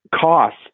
cost